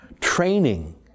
training